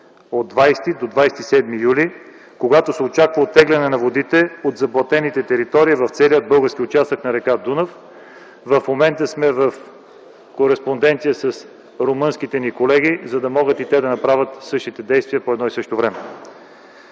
от 20 до 27 юли, когато се очаква оттегляне на водите от заблатените територии в целия български участък на р. Дунав. В момента сме в кореспонденция с румънските ни колеги, за да могат и те да направят същите действия по едно и също време.